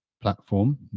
platform